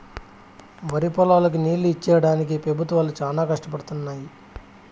వరిపొలాలకి నీళ్ళు ఇచ్చేడానికి పెబుత్వాలు చానా కష్టపడుతున్నయ్యి